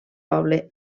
poble